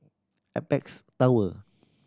Apex Tower